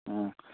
ꯑꯥ